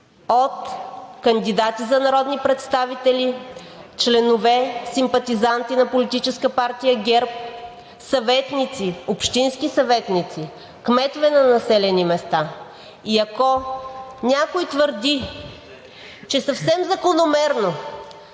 от кандидати за народни представители, членове, симпатизанти на Политическа партия ГЕРБ, съветници, общински съветници, кметове на населени места. (Показва документа